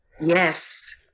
Yes